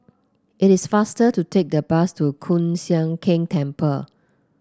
it is faster to take the bus to Hoon Sian Keng Temple